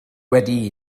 wedi